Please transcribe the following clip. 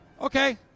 Okay